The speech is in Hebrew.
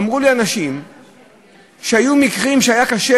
אמרו לי אנשים שהיו מקרים שהיה קשה,